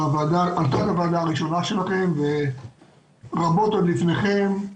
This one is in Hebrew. על הוועדה הראשונה שלכם, ורבות עוד לפניכם.